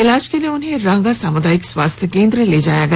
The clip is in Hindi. इलाज के लिए उन्हें रांगा सामुदायिक स्वास्थ्य केंद्र ले जाया गया